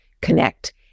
connect